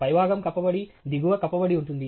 పైభాగం కప్పబడి దిగువ కప్పబడి ఉంటుంది